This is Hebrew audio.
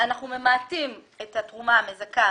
אנחנו ממעטים את התרומה המזכה